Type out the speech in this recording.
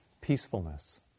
peacefulness